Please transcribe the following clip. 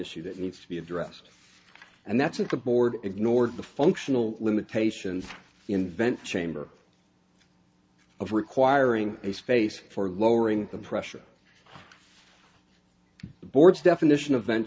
issue that needs to be addressed and that's it the board ignored the functional limitations invent chamber of requiring a space for lowering the pressure boards definition a vent